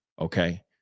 Okay